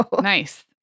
Nice